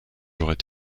aurait